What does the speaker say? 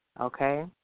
okay